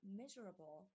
miserable